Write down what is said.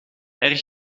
erg